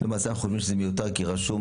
למעשה אנחנו חושבים שזה מיותר כי רשום